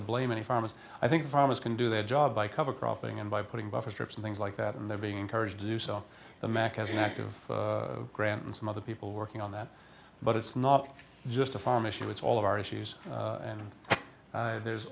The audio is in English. to blame any farmers i think farmers can do their job by cover cropping and by putting buffer strips and things like that and they're being encouraged to do so the macas an active grant and some other people working on that but it's not just a farm issue it's all of our issues and there's